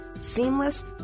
seamless